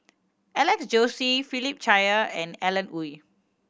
Alex Josey Philip Chia and Alan Oei